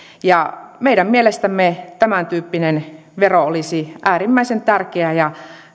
meidän mielestämme tämäntyyppinen vero olisi äärimmäisen tärkeä ja